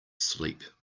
sleep